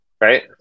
right